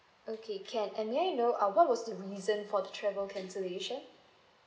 okay can and may I know uh what was the reason for the travel cancellation